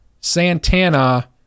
Santana